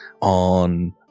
on